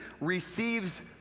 receives